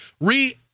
re